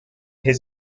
his